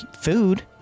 food